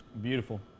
Beautiful